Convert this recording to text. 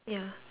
ya